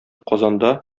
казанда